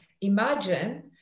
imagine